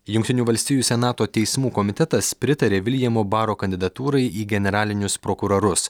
jungtinių valstijų senato teismų komitetas pritarė viljamo baro kandidatūrai į generalinius prokurorus